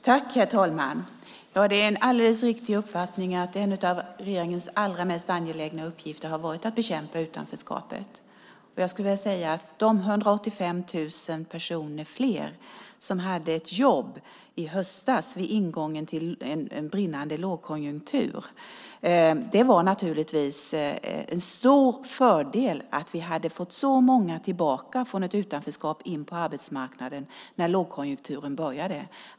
Herr talman! Det är ett alldeles riktigt påpekande att en av regeringens allra mest angelägna uppgifter har varit att bekämpa utanförskapet. Jag skulle vilja nämna de 185 000 fler personer som hade ett jobb i höstas, vid ingången till en kraftig lågkonjunktur. Det var naturligtvis en stor fördel att vi hade fått så många tillbaka från utanförskap och in på arbetsmarknaden när lågkonjunkturen började.